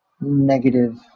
negative